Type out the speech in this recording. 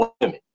women